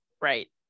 Right